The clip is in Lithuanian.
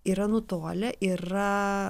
yra nutolę yra